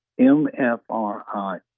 MFRI